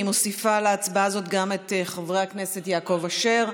אני מוסיפה להצבעה הזאת גם את חברי הכנסת יעקב אשר,